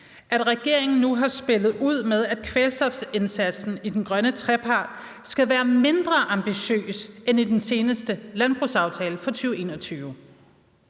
at regeringen nu har spillet ud med, at kvælstofindsatsen i den grønne trepart skal være mindre ambitiøs end i den seneste landbrugsaftale fra 2021.